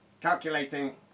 Calculating